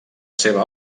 seva